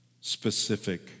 specific